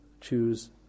Choose